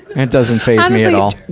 and it doesn't faze me at all.